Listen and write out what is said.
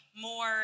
more